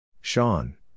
Sean